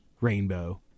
Rainbow